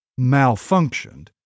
malfunctioned